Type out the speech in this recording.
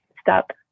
stop